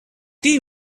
there